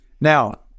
Now